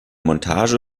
montage